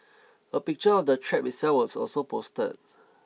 a picture of the trap itself was also posted